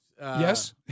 Yes